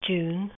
June